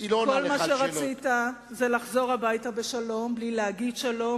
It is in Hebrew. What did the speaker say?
כל מה שרצית זה לחזור הביתה בשלום בלי להגיד שלום